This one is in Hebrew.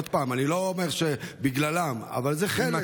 עוד פעם, אני לא אומר שבגללם, אבל זה חלק.